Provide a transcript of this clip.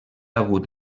hagut